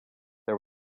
there